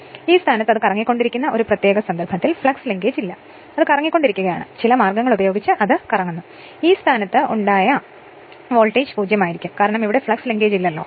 അതിനാൽ ഈ സ്ഥാനത്ത് അത് കറങ്ങിക്കൊണ്ടിരിക്കുന്ന ഒരു പ്രത്യേക സന്ദർഭത്തിൽ ഫ്ലക്സ് ലിങ്കേജ് ഇല്ല അത് കറങ്ങിക്കൊണ്ടിരിക്കുകയാണ് ചില മാർഗങ്ങൾ ഉപയോഗിച്ച് അത് കറങ്ങുന്നു അതിനാൽ ഈ സ്ഥാനത്ത് പ്രേരിപ്പിച്ച വോൾട്ടേജ് 0 ആയിരിക്കും കാരണം ഈ സ്ഥാനത്ത് ഇവിടെ ഫ്ലക്സ് ലിങ്കേജ് ഇല്ല